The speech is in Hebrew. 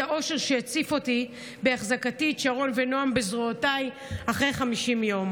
האושר שהציף אותי בהחזיקי את שרון ונעם בזרועותיי אחרי 50 יום.